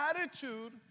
attitude